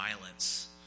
violence